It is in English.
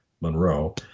Monroe